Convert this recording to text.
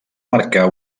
marcar